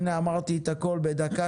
יסמין פרידמן,